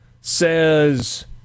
says